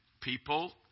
people